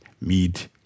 meet